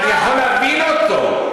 אני יכול להבין אותו,